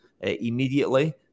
immediately